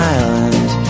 Island